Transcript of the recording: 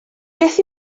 beth